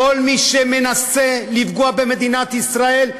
כל מי שמנסה לפגוע במדינת ישראל,